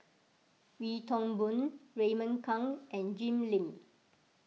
Wee Toon Boon Raymond Kang and Jim Lim